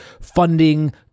funding